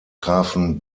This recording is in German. trafen